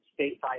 stateside